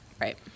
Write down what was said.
Right